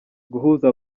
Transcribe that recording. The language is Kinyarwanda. guhuza